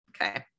Okay